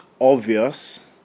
obvious